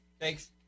Thanks